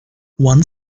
one